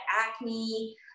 acne